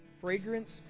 fragrance